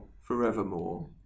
forevermore